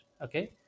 okay